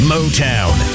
Motown